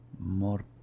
more